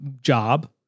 job